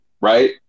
right